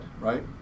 right